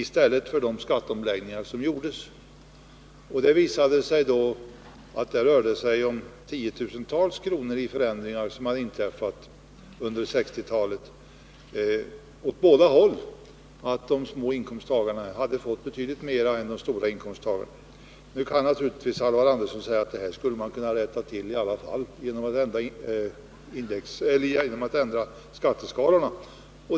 Denna utredning visar att det skulle ha blivit förändringar åt båda hållen på tiotusentals kronor och att de små inkomsttagarna hade fått betydligt större skattehöjningar än de stora inkomsttagarna. Nu kan naturligtvis Alvar Andersson säga att detta kan rättas till genom att man ändrar skatteskalorna.